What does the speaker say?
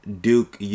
Duke